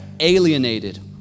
alienated